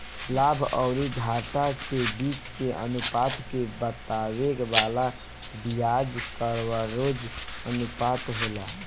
लाभ अउरी घाटा के बीच के अनुपात के बतावे वाला बियाज कवरेज अनुपात होला